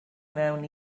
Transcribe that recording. mewn